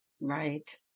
right